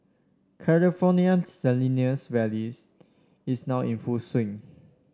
California Salinas Valleys is now in full swing